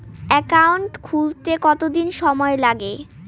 Account খুলতে কতদিন সময় লাগে?